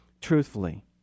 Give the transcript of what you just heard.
truthfully